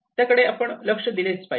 त्याकडे आपण लक्ष दिले पाहिजे